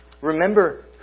Remember